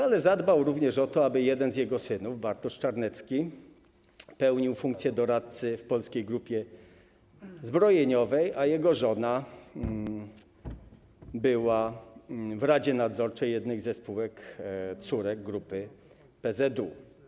Ale zadbał również o to, aby jeden z jego synów, Bartosz Czarnecki, pełnił funkcję doradcy w Polskiej Grupie Zbrojeniowej, a jego żona była w radzie nadzorczej jednej ze spółek córek grupy PZU.